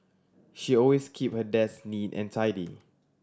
she always keep her desk neat and tidy